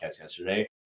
yesterday